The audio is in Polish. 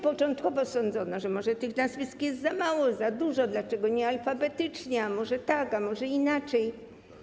Początkowo mówiono, że może tych nazwisk jest za mało, za dużo, pytano, dlaczego nie alfabetycznie, a może tak, a może inaczej.